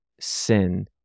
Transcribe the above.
sin